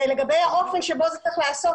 ולגבי האופן שבו זה צריך להיעשות,